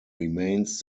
remains